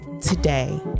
today